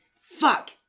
Fuck